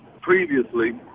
previously